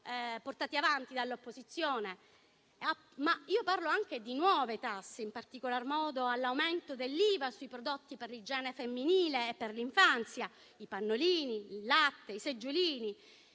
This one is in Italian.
portati avanti dall'opposizione. Parlo anche di nuove tasse, in particolar modo dell'aumento dell'IVA sui prodotti per l'igiene femminile e per l'infanzia (i pannolini, il latte, i seggiolini).